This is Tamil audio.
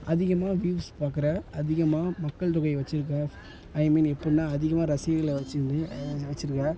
அதிகமாக வியூஸ் பார்க்குற அதிகமாக மக்கள் தொகை வச்சுருக்க ஐ மீன் எப்புடின்னா அதிகமான ரசிகைகளை வச்சுருந்து வச்சுருக்க